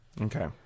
Okay